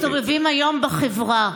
שמסתובבים היום בחברה,